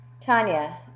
Tanya